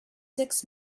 six